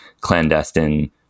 clandestine